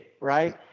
right